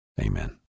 Amen